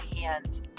hand